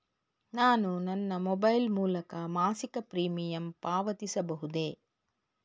ನಾನು ನನ್ನ ಮೊಬೈಲ್ ಮೂಲಕ ಮಾಸಿಕ ಪ್ರೀಮಿಯಂ ಪಾವತಿಸಬಹುದೇ?